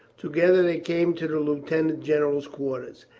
together they came to the lieutenant general's quarters.